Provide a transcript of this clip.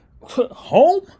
Home